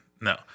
No